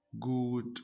good